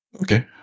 Okay